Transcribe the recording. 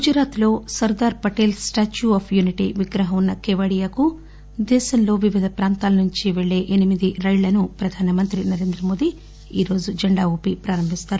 గుజరాత్లో Sardar Patel statue of unity విగ్రహం ఉన్న కేవాడియా నుంచి దేశంలో వివిధ ప్రాంతాలకు వెళ్లే ఎనిమిది రైళ్లను ప్రధానమంత్రి నరేంద్రమోదీ ఈరోజు జెండా ఊపి ప్రారంభిస్తారు